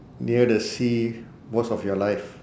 near the sea most of your life